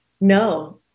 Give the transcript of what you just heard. No